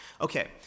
okay